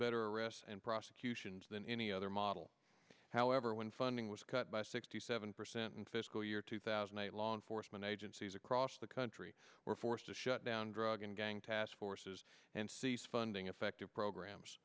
better risks and prosecutions than any other model however when funding was cut by sixty seven percent in fiscal year two thousand and eight law enforcement agencies across the country were forced to shut down drug and gang task forces and seize funding effective programs